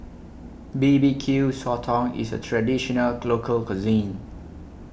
B B Q Sotong IS A Traditional Local Cuisine